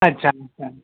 अच्छा अच्छा